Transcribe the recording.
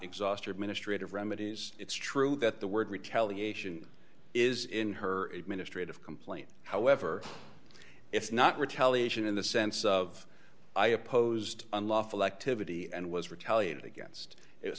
exhaust her administrative remedies it's true that the word retaliation is in her administrative complaint however it's not retaliation in the sense of i opposed unlawful activity and was retaliated against it